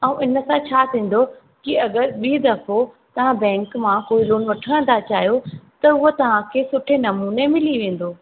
ऐं इन सां छा थींदो की अगरि ॿियों दफ़ो तव्हां बैंक मां को लोन वठण था चाहियो त उहा तव्हांखे सुठे नमूने मिली वेंदो